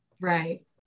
Right